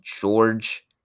George